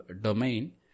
domain